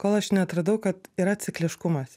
kol aš neatradau kad yra cikliškumas